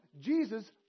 Jesus